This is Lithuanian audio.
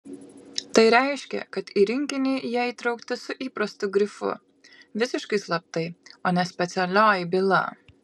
tai reiškė kad į rinkinį jie įtraukti su įprastu grifu visiškai slaptai o ne specialioji byla